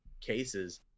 cases